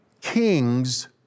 Kings